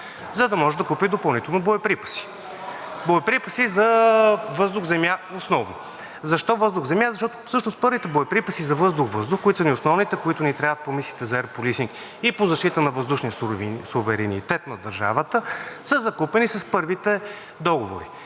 за да може да купи допълнително боеприпаси. Боеприпаси основно за въздух – земя. Защо въздух – земя? Защото всъщност първите боеприпаси за въздух – въздух, които са ни основните, които ни трябват по мисиите за Air Policing и по защита на въздушния суверенитет на държавата, са закупени с първите договори.